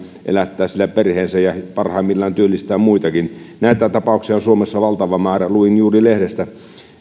elättää sillä perheensä ja parhaimmillaan työllistää muitakin näitä tapauksia on suomessa valtava määrä luin juuri lehdestä